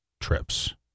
trips